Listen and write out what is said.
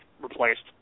replaced